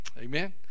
amen